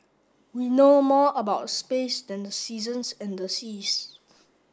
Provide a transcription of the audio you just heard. we know more about space than the seasons and the seas